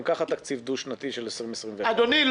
ככה תקציב דו-שנתי של 21-20. אדוני,